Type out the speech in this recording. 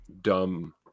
dumb